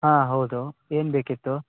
ಹಾಂ ಹೌದು ಏನು ಬೇಕಿತ್ತು